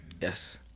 Yes